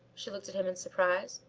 she looked at him in surprise.